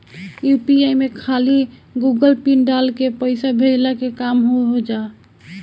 UPI में खाली Google pin डाल के पईसा भेजला के काम हो होजा